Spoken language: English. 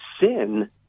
sin